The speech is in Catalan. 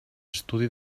estudi